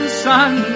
sun